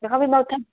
दिक्खां भी में उत्थै